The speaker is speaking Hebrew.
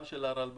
גם של הרלב"ד,